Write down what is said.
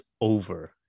over